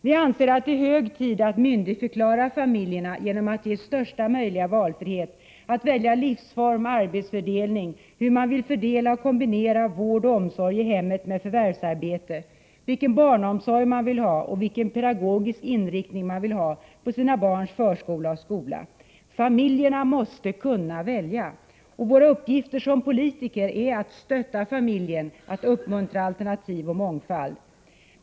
Vi anser att det är hög tid att myndigförklara familjerna genom att ge dem största möjliga frihet att välja livsform, arbetsfördelning, hur man vill fördela och kombinera vård och omsorg i hemmet med förvärvsarbete, vilken barnomsorg man vill ha och vilken pedagogisk inriktning man vill ha på sina barns förskola och skola. Familjerna måste kunna välja. Våra uppgifter som politiker är att stötta familjen, uppmuntra alternativ och mångfald.